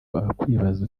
wakwibaza